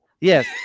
Yes